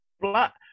black